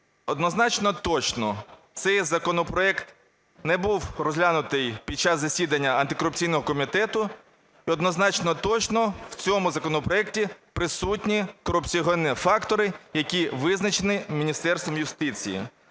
однозначно точно цей законопроект не був розглянутий під час засідання антикорупційного комітету. І однозначно точно в цьому законопроекті присутні корупціогенні фактори, які визначені Міністерством юстиції,